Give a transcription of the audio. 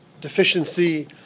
deficiency